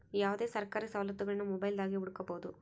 ಯಾವುದೇ ಸರ್ಕಾರಿ ಸವಲತ್ತುಗುಳ್ನ ಮೊಬೈಲ್ದಾಗೆ ಹುಡುಕಬೊದು